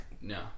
No